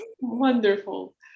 wonderful